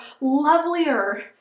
lovelier